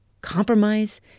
compromise